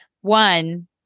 One